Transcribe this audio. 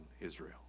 Israel